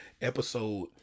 episode